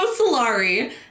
Solari